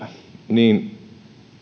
niin